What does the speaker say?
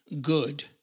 good